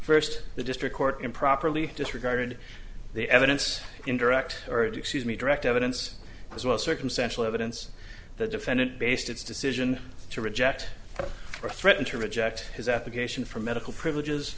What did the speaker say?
first the district court improperly disregarded the evidence in direct or to excuse me direct evidence as well circumstantial evidence the defendant based its decision to reject or threaten to reject his application for medical privileges